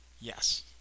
Yes